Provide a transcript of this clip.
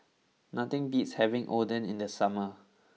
nothing beats having Oden in the summer